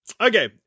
Okay